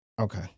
Okay